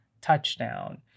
touchdown